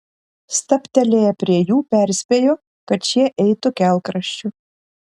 stabtelėję prie jų perspėjo kad šie eitų kelkraščiu